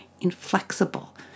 inflexible